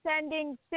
sending